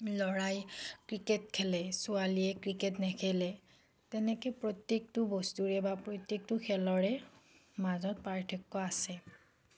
ল'ৰাই ক্ৰিকেট খেলে ছোৱালীয়ে ক্ৰিকেট নেখেলে তেনেকৈ প্ৰত্যেকটো বস্তুৰে বা প্ৰত্যেকটো খেলৰে মাজত পাৰ্থক্য আছে